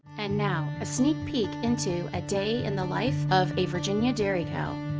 and now a sneak peek into a day in the life of a virginia dairy cow.